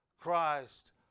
Christ